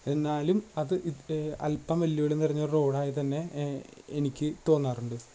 എന്നാലും അത് അല്പം വെല്ലുവിളി നിറഞ്ഞ റോഡായിത്തന്നെ എനിക്ക് തോന്നാറുണ്ട്